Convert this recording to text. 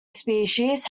species